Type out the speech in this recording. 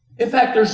in fact,